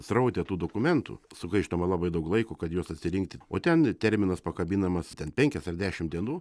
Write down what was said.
sraute tų dokumentų sugaištama labai daug laiko kad juos atsirinkti o ten terminas pakabinamas ten penkias ar dešim dienų